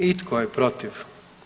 I tko je protiv?